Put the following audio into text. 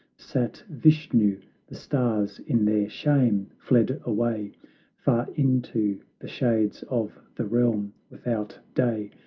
sat vishnu the stars in their shame fled away far into the shades of the realm without day.